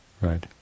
Right